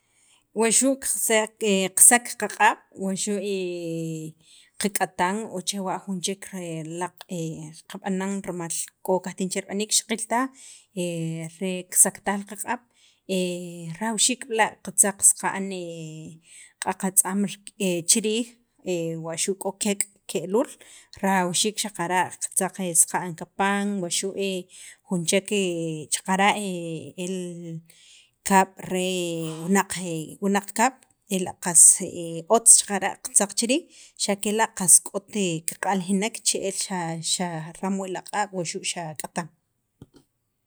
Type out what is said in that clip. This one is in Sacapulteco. wuxu' qas qasak qaq'ab' wuxu' qak'atan wuxu' chewa' jun chek laaq' qab'anan rimal k'o qajtijin che rib'aniik xa qil taj rajawxiik b'la' qatzaq saqa'n q'aq atza'm rik' chi riij wuxu' k'o keek' keluul rajawxiik xaqara' qatzaq saqa'n kapan, waxu' jun chek xaqara' el kaab' re li wunaq kaab' ela' qas otz xaqara' qatzaq chi riij xa' kela' qast k'ot kiq'aljinek che'el xa ram wii' aq'ab' wuxu' xa k'atan.